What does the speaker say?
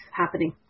happening